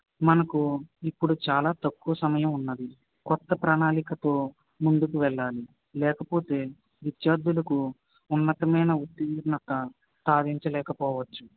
మనకు ఇప్పుడు చాలా తక్కువ సమయం ఉన్నది కొత్త ప్రణాళికతో ముందుకు వెళ్ళాలి లేకపోతే విద్యార్థులకు ఉన్నతమైన ఉత్తీర్ణత సాధించలేకపోవచ్చు